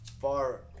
far